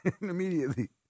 immediately